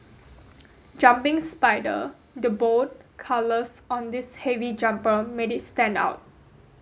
jumping spider The bold colours on this heavy jumper made it stand out